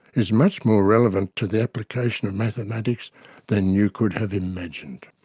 is much more relevant to the application of mathematics than you could have imagined.